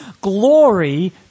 glory